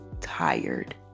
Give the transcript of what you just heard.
tired